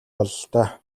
бололтой